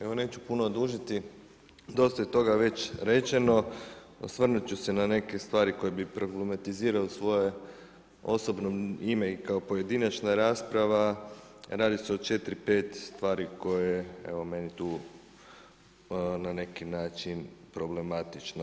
Evo neću dugu dužiti, dosta je toga već rečeno, osvrnut ću se na neke stvari koje bih problematizirao u svoje osobno ime i kao pojedinačna rasprava, radi se o 4, 5 stvari koje evo meni tu na neki način problematično.